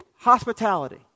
hospitality